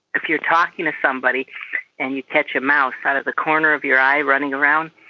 if you're talking to somebody and you catch a mouse out of the corner of your eye running around,